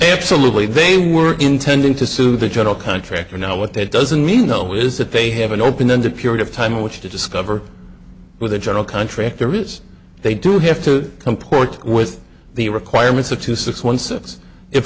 absolutely they were intending to sue the general contractor now what that doesn't mean though is that they have an open ended period of time in which to discover where the general contractor is they do have to comport with the requirements of two six one six if